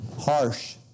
harsh